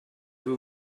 vous